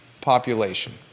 population